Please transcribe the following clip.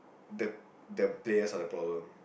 the the players are the problem